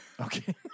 Okay